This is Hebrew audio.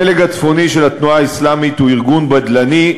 הפלג הצפוני של התנועה האסלאמית הוא ארגון בדלני,